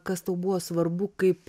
kas tau buvo svarbu kaip